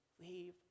Leave